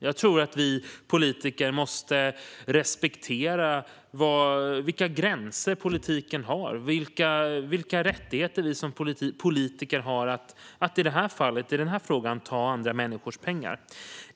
Jag tror att vi politiker måste respektera vilka gränser politiken har och vilka rättigheter vi politiker har att i den här frågan ta andra människors pengar.